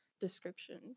description